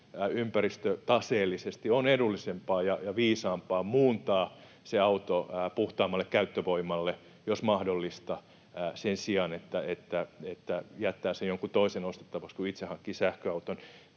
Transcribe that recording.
kokonaisympäristötaseellisesti on edullisempaa ja viisaampaa muuntaa auto puhtaammalle käyttövoimalle, jos mahdollista, sen sijaan että jättää sen jonkun toisen ostettavaksi, kun itse hankkii sähköauton.